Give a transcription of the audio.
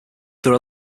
are